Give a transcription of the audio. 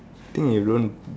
I think you don't